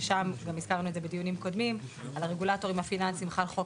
ששם גם הזכרנו את זה בדיונים קודמים על הרגולטורים הפיננסיים חל חוק